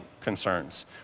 concerns